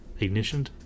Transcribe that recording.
Ignitioned